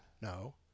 No